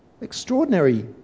Extraordinary